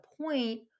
point